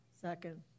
Second